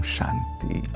Shanti